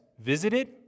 visited